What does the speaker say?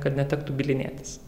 kad netektų bylinėtis